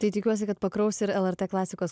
tai tikiuosi kad pakraus ir lrt klasikos